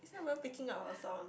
it's not even picking up our sound